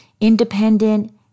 independent